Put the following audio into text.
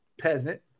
Peasant